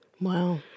Wow